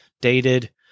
dated